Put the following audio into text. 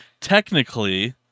Technically